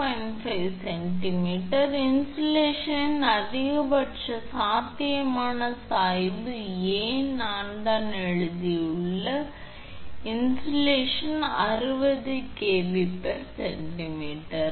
5 centimetre இன்சுலேஷனின் அதிகபட்ச சாத்தியமான சாய்வு A நான் தான் எழுதியுள்ள A இன்சுலேஷன் A 60 𝑘𝑉𝑐𝑚